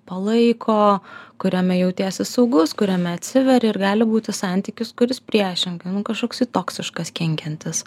palaiko kuriame jautiesi saugus kuriame atsiveri ir gali būti santykis kuris priešingai kažkoksai toksiškas kenkiantis